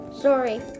Sorry